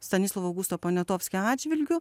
stanislovo augusto poniatovskio atžvilgiu